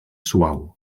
suau